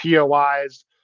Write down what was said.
pois